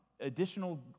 additional